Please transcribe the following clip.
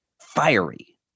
fiery